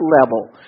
level